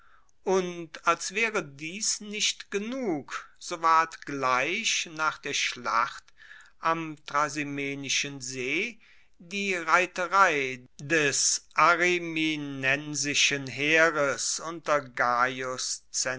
und als waere dies nicht genug so ward gleich nach der schlacht am trasimenischen see die reiterei des ariminensischen heeres unter gaius